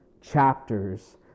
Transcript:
chapters